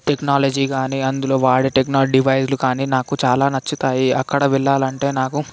technology కానీ అందులో వాడే టెక్నాలజీ డివైస్లు కానీ నాకు చాలా నచ్చుతాయి అక్కడ వెళ్ళాలంటే నాకు